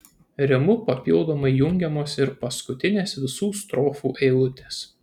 rimu papildomai jungiamos ir paskutinės visų strofų eilutės